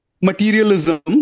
materialism